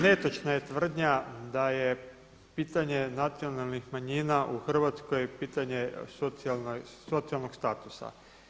Netočna je tvrdnja da je pitanje nacionalnih manjina u Hrvatskoj pitanje socijalnog statusa.